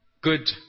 good